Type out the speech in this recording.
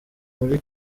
muri